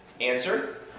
Answer